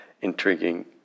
intriguing